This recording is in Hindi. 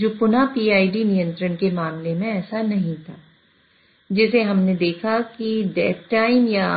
जो पुनः PID नियंत्रण के मामले में ऐसा नहीं था जिसे हमने देखा कि डेड टाइम है